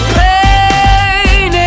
pain